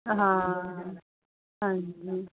ਹਾਂ ਹਾਂਜੀ